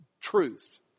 truth